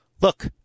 look